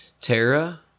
Tara